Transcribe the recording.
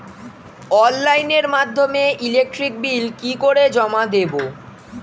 অনলাইনের মাধ্যমে electric bill কি করে জমা দেবো?